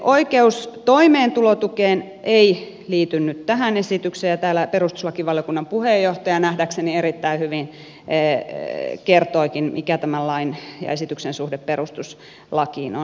oikeus toimeentulotukeen ei liity nyt tähän esitykseen ja täällä perustuslakivaliokunnan puheenjohtaja nähdäkseni erittäin hyvin kertoikin mikä tämän lain ja esityksen suhde perustuslakiin on